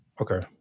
Okay